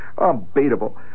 Unbeatable